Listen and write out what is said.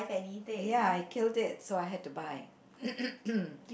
ya I killed it so I have to buy